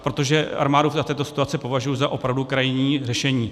Protože armádu za této situace považuji za opravdu krajní řešení.